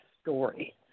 story